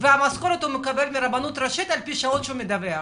את המשכורת הוא מקבל מהרבנות הראשית על פי שעות שהוא מדווח,